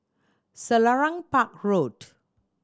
Selarang Park Road